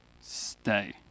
Stay